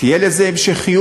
תהיה לזה המשכיות.